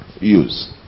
use